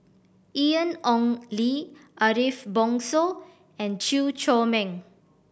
Ian Ong Li Ariff Bongso and Chew Chor Meng